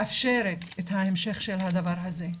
שמאפשרת את ההמשך של הדבר הזה.